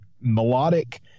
melodic